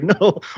no